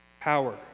power